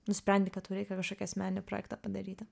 nusprendi kad tau reikia kažkokį asmeninį projektą padaryti